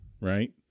right